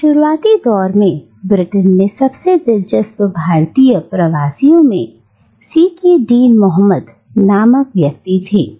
इस शुरुआती दौर में ब्रिटेन में सबसे दिलचस्प भारतीय प्रवासियों में सेके डीन मोहम्मद नामक व्यक्ति थे